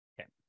Okay